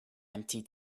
empty